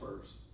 first